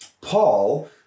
Paul